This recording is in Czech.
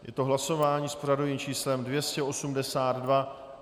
Je to hlasování s pořadovým číslem 282.